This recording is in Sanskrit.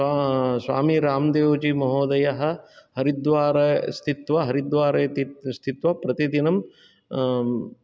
स्वामि राम्देव्जी महोदयः हरिद्वारे स्थित्वा हरिद्वारे स्थित्वा प्रतिदिनं